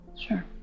Sure